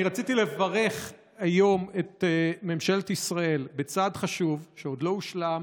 אני רציתי לברך היום את ממשלת ישראל על צעד חשוב שעוד לא הושלם,